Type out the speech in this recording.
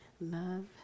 love